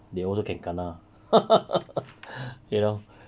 they also can kena you know